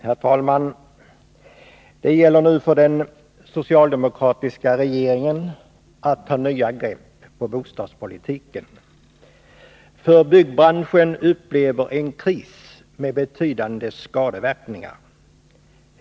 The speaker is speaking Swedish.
Herr talman! Det gäller nu för den socialdemokratiska regeringen att ta nya grepp på bostadspolitiken, för byggbranschen upplever en kris med betydande skadeverkningar.